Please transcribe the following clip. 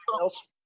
else